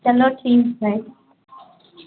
चलो ठीक है